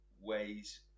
ways